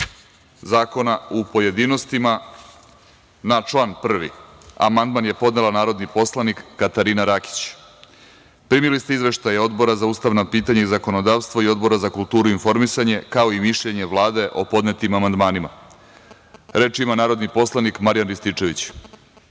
zakona u pojedinostima. Na član 1. amandman je podnela narodni poslanik Katarina Rakića. Primili ste izveštaje Odbora za ustavna pitanja i zakonodavstvo i Odbora za kulturu i informisanje, kao i mišljenje Vlade o podnetim amandmanima. Reč ima narodni poslanik Marijan Rističević.